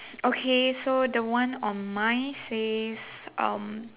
okay so the one on mine says um